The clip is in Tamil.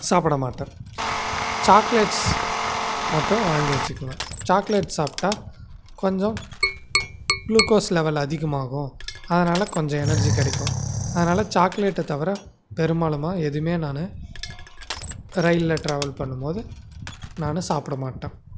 சாப்பிட மாட்டேன் சாக்லேட்ஸ் மட்டும் வாங்கி வச்சிக்குவன் சாக்லேட்ஸ் சாப்பிட்டா கொஞ்சம் க்ளுக்கோஸ் லெவல் அதிகமாகும் அதனால கொஞ்சம் எனெர்ஜி கிடைக்கும் அதனால சாக்லேட்டை தவிர பெரும்பாலும் எதுவுமே நான் ரயில்ல ட்ராவல் பண்ணும்போது நான் சாப்பிட மாட்டேன்